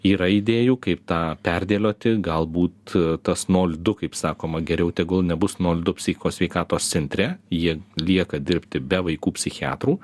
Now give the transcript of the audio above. yra idėjų kaip tą perdėlioti galbūt tas nol du kaip sakoma geriau tegul nebus nol du psichikos sveikatos centre jie lieka dirbti be vaikų psichiatrų